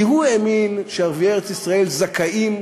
כי הוא האמין שערביי ארץ-ישראל זכאים,